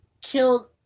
killed